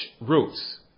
roots